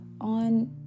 on